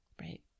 right